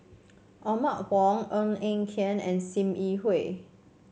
Othman Wok Ng Eng Hen and Sim Yi Hui